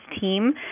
team